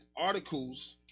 articles